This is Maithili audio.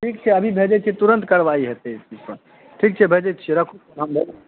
ठीक छै आदमी भेजैत छियै तुरन्त कार्रवाही हेतै एहि चीजके ठीक छै भेजैत छियै राखू फ़ोन राखू